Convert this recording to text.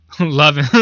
Loving